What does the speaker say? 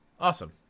Awesome